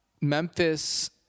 Memphis